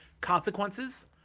consequences